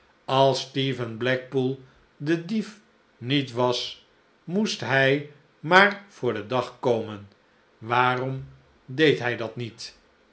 als stephen blackpool de dief niet was moest hij maar voor den dag komen waarom deed hij dat niet